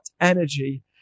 energy